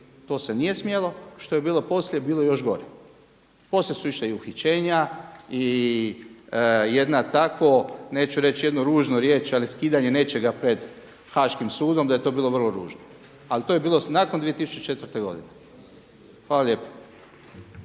to se nije smjelo, što je bilo poslije bilo je još gore. Poslije su išla i uhićenja i jedna tako neću reći jednu riječ, ali skidanje nečega pred haškim sudom da je to bilo vrlo ružno. Ali to je bilo nakon 2004. godine. Hvala lijepo.